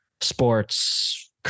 sports